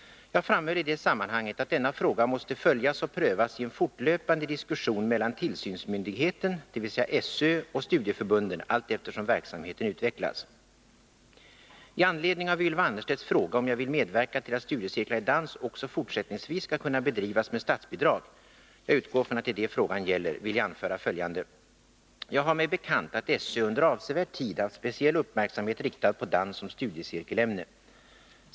Jag framhöll i det sammanhanget att denna fråga måste följas och prövas i en fortlöpande diskussion mellan tillsynsmyndigheten, dvs. skolöverstyrelsen , och studieförbunden allteftersom verksamheten utvecklas. I anledning av Ylva Annerstedts fråga om jag vill medverka till att studiecirklar i dans också fortsättningsvis skall kunna bedrivas med statsbidrag — jag utgår från att det är det frågan gäller — vill jag anföra följande. Jag har mig bekant att SÖ under avsevärd tid haft speciell uppmärksamhet riktad på dans som studiecirkelämne.